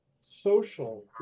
social